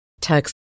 text